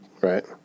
Right